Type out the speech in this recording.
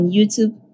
YouTube